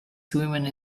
swimming